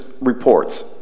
reports